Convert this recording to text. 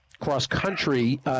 cross-country